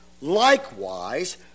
likewise